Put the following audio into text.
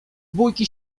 bójki